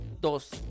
dos